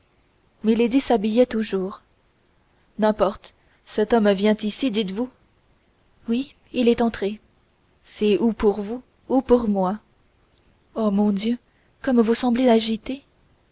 s'habillait toujours n'importe cet homme vient ici dites-vous oui il est entré c'est ou pour vous ou pour moi oh mon dieu comme vous semblez agitée